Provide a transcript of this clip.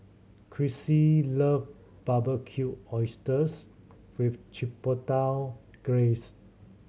chrissie love Barbecued Oysters with Chipotle Glaze